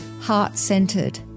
heart-centered